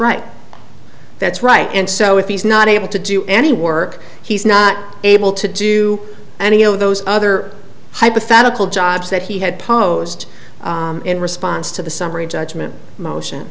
right that's right and so if he's not able to do any work he's not able to do any of those other hypothetical jobs that he had posed in response to the summary judgment motion